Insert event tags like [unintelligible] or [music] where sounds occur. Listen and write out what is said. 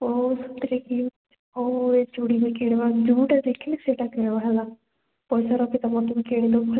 ହଉ ହଉ [unintelligible] ହଉ ହଉ ଏଇ ଚୁଡ଼ି ବି କିଣିବା ଯେଉଁଟା ଦେଖିଲେ ସେଇଟା କିଣିବା ହେଲା ପଇସା ରଖିଥା ମୋତେ ବି କିଣିଦେବୁ ହେଲା